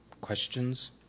questions